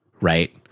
right